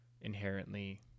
inherently